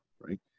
right